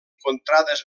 contrades